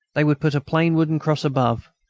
they would put a plain wooden cross above,